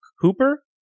Cooper